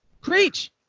Preach